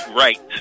Right